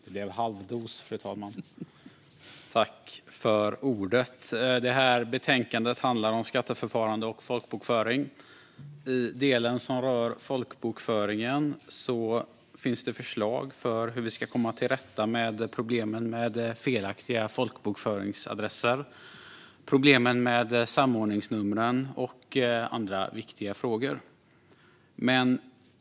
Fru talman! Detta betänkande handlar om skatteförfarande och folkbokföring. I delen som rör folkbokföring finns det förslag om hur vi ska komma till rätta med problemen med felaktiga folkbokföringsadresser, problemen med samordningsnumren och andra viktiga frågor.